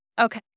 Okay